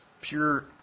pure